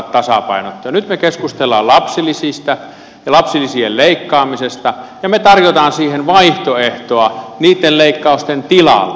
nyt me keskustelemme lapsilisistä ja lapsilisien leikkaamisesta ja me tarjoamme vaihtoehtoa niitten leikkausten tilalle